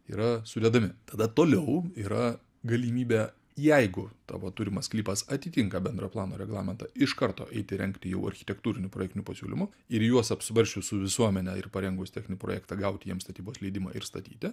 yra sudedami tada toliau yra galimybė jeigu tavo turimas sklypas atitinka bendro plano reglamentą iš karto eiti rengti jau architektūrinių projektinių pasiūlymų ir juos apsvarsčius su visuomene ir parengus techninį projektą gauti jiems statybos leidimą ir statyti